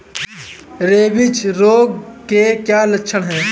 Rabies रोग के क्या लक्षण है?